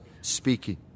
speaking